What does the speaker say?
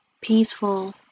peaceful